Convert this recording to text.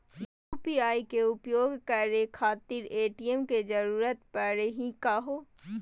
UPI के उपयोग करे खातीर ए.टी.एम के जरुरत परेही का हो?